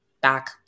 back